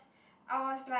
I was like